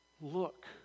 Look